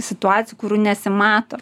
situacijų kurių nesimato